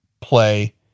play